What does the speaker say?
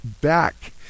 back